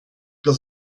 los